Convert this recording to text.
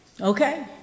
Okay